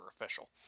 official